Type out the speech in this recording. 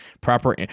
proper